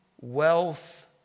wealth